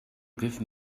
give